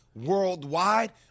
worldwide